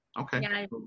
Okay